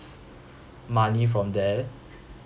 money from there